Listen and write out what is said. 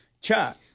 Chuck